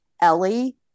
Ellie